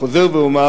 וחוזר ואומר,